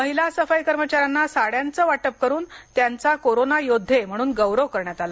महिला सफाई कर्मचाऱ्यांना साड्यांचे वाटप करून त्यांचा कोरोना योद्वे म्हणून गौरव करण्यात आला